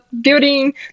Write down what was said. building